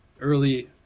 Early